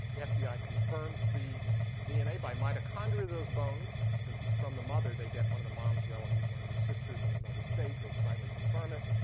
the fbi confirms the dna by mitochondria of those bones. since it's from the mother, they get one of the mom's relatives, one of her sisters in another state. they finally confirm it.